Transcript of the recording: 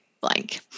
blank